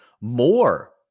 more